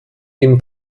dem